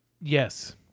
yes